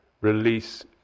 release